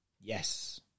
Yes